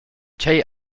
tgei